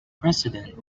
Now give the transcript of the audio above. president